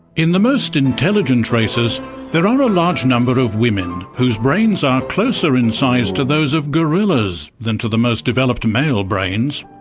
in the most intelligent races there are a large number of women whose brains are closer in size to those of gorillas than to the most developed male brains.